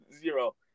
Zero